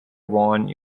one